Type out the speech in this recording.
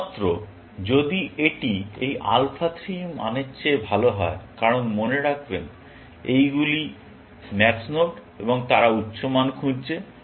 শুধুমাত্র যদি এটি এই আলফা 3 মানের চেয়ে ভাল হয় কারণ মনে রাখবেন এইগুলি ম্যাক্স নোড এবং তারা উচ্চ মান খুঁজছে